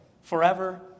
forever